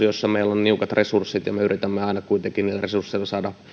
jossa meillä on niukat resurssit kun me yritämme aina kuitenkin niillä resursseilla saada